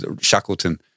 Shackleton